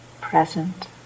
present